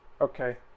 Okay